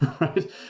right